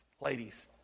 Ladies